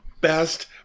Best